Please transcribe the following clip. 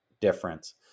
difference